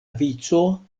vico